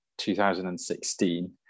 2016